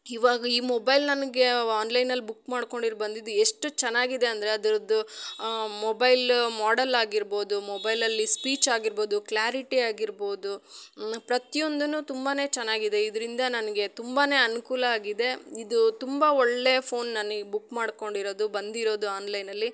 ಇವಾಗ ಈ ಮೊಬೈಲ್ ನನಗೆ ಆನ್ಲೈನಲ್ಲಿ ಬುಕ್ ಮಾಡ್ಕೊಂಡು ಇಲ್ಲಿ ಬಂದಿದ್ದು ಎಷ್ಟು ಚೆನ್ನಾಗಿದೆ ಅಂದರೆ ಅದರದ್ದು ಮೊಬೈಲ್ ಮಾಡೆಲ್ ಆಗಿರ್ಬೋದು ಮೊಬೈಲಲ್ಲಿ ಸ್ಪೀಚ್ ಆಗಿರ್ಬೋದು ಕ್ಲಾರಿಟಿ ಆಗಿರ್ಬೋದು ಪ್ರತಿಯೊಂದು ತುಂಬಾ ಚೆನ್ನಾಗಿದೆ ಇದರಿಂದ ನನಗೆ ತುಂಬಾ ಅನುಕೂಲ ಆಗಿದೆ ಇದು ತುಂಬ ಒಳ್ಳೆ ಫೋನ್ ನನಿಗೆ ಬುಕ್ ಮಾಡ್ಕೊಂಡಿರೋದು ಬಂದಿರೋದು ಆನ್ಲೈನಲ್ಲಿ